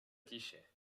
tiše